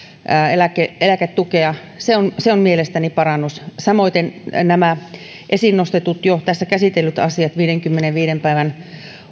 eläketukea se on se on mielestäni parannus samoiten nämä esiin nostetut tässä jo käsitellyt asiat viidenkymmenenviiden päivän